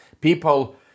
people